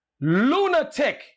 lunatic